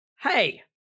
hey